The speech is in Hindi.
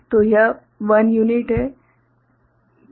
तो यह 1 यूनिट है 2 3 4